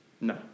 No